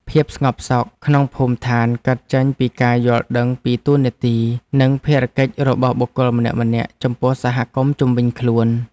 ភាពស្ងប់សុខក្នុងភូមិឋានកើតចេញពីការយល់ដឹងពីតួនាទី និងភារកិច្ចរបស់បុគ្គលម្នាក់ៗចំពោះសហគមន៍ជុំវិញខ្លួន។